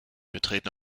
betreten